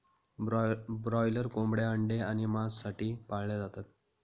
broiler कोंबड्या अंडे आणि मांस साठी पाळल्या जातात